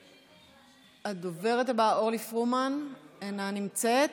הדוברת הבאה, אורלי פרומן, אינה נמצאת.